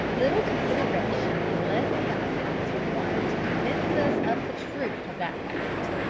little consideration and less sagacity is required to convince us of the truth of that fact.